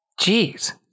Jeez